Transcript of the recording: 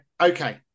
okay